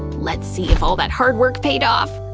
let's see if all that hard work paid off.